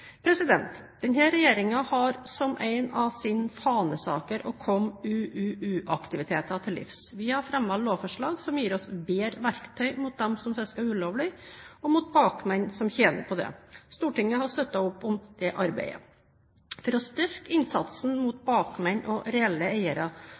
en av sine fanesaker å komme UUU-aktiviteter til livs. Vi har fremmet lovforslag som gir oss bedre verktøy mot dem som fisker ulovlig, og mot bakmenn som tjener på dette. Stortinget har støttet opp om det arbeidet. For å styrke innsatsen mot bakmenn og reelle eiere ble Fiskeriforvaltningens analysenettverk etablert i 2009, som et konkret tiltak opp mot